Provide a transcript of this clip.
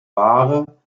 wahre